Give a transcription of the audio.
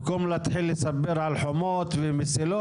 במקום להתחיל לספר על חומות ומסילות,